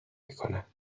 میکنم